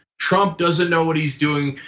trump doesn't know what he's doing.